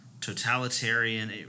totalitarian –